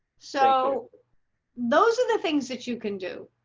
so those are the things that you can do.